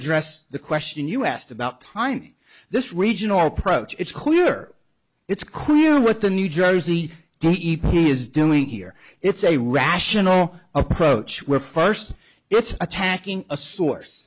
address the question you asked about timing this regional approach it's clear it's clear what the new jersey to e p is doing here it's a rational approach where first it's attacking a s